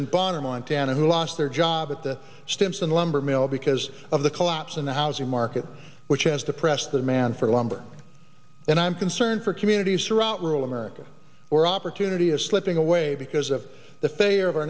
bonner montana who lost their job at the stimson lumber mill because of the collapse in the housing market which has depressed the demand for lumber and i'm concerned for communities throughout rural america where opportunity is slipping away because of the failure of our